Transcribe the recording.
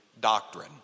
doctrine